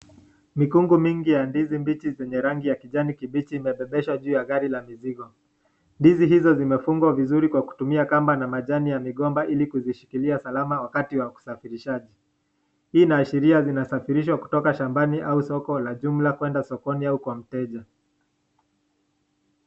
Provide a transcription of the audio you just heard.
Mikungu mingi ya ndizi mbichi zenye rangi ya kijani kibichi imebebeshwa juu ya gari la mizigo. Ndizi hizo zimefungwa vizuri kwa kutumia kamba na majani ya migomba ili kuzishikilia salama wakati wa usafirishaji. Hii inaashiria zinasafirishwa kutoka shambani au soko la jumla kwenda sokoni au kwa mteja.